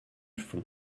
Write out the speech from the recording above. fond